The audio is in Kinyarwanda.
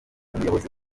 umuyobozi